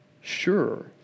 sure